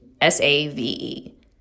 S-A-V-E